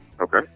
Okay